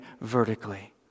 vertically